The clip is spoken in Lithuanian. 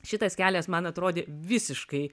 šitas kelias man atrodė visiškai